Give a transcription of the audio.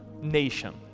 nation